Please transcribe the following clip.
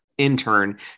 intern